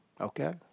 okay